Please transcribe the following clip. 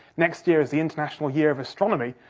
next year is the international year of astronomy,